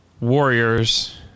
warriors